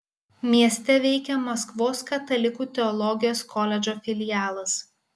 mieste veikia maskvos katalikų teologijos koledžo filialas